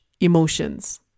emotions